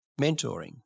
Mentoring